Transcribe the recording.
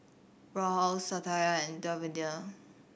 Rahul Satya and Davinder